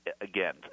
again